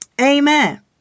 Amen